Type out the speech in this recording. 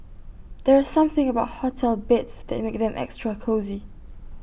there's something about hotel beds that makes them extra cosy